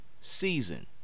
season